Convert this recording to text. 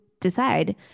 decide